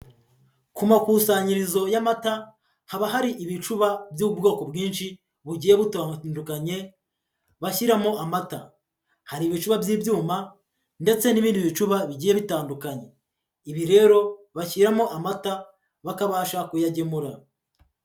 Ku makusanyirizo y'amata, haba hari ibicuba by'ubwoko bwinshi bugiye butandukanye bashyiramo amata, hari ibicuba by'ibyuma ndetse n'ibindi bicuba bigiye bitandukanye, ibi rero bashyiramo amata bakabasha kuyagemura.